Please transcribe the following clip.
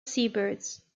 seabirds